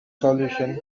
solution